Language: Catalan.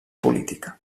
política